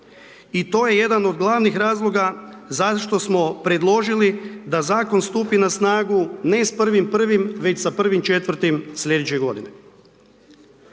I to je jedan od glavnih razloga zašto smo predložili da zakon stupi na snagu ne s 1.1. već sa 1.4. sljedeće godine.